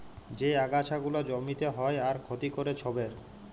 যে আগাছা গুলা জমিতে হ্যয় আর ক্ষতি ক্যরে ছবের